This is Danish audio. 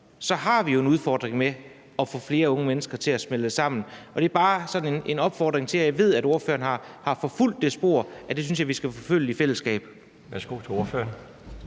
så har vi jo en udfordring med at få flere unge mennesker til at smelte sammen, og det er bare sådan en opfordring. Jeg ved, at ordføreren har forfulgt det spor, og det synes jeg vi skal forfølge i fællesskab. Kl. 21:47 Den